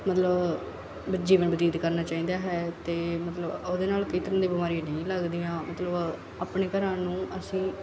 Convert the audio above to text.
ਮਤਲਬ ਜੀਵਨ ਬਤੀਤ ਕਰਨਾ ਚਾਹੀਦਾ ਹੈ ਅਤੇ ਮਤਲਬ ਉਹਦੇ ਨਾਲ ਕਈ ਤਰ੍ਹਾਂ ਦੀਆਂ ਬਿਮਾਰੀਆਂ ਨਹੀਂ ਲੱਗਦੀਆਂ ਮਤਲਬ ਆਪਣੇ ਘਰਾਂ ਨੂੰ ਅਸੀਂ